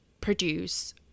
produce